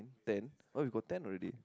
ten oh we got ten already